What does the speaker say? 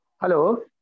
Hello